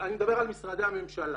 אני מדבר על משרדי הממשלה,